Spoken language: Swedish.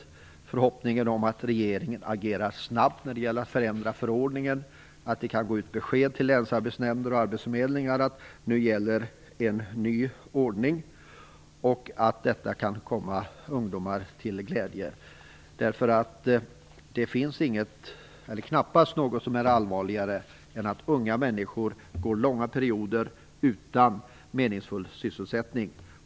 Min förhoppning är att regeringen agerar snabbt när det gäller att förändra förordningen så att det kan gå ut besked till länsarbetsnämnder och arbetsförmedlingar om att en ny ordning nu gäller och att detta kan bli ungdomar till glädje. Det finns knappast något som är allvarligare än att unga människor går långa perioder utan meningsfull sysselsättning.